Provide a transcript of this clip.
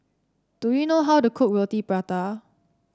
do you know how to cook Roti Prata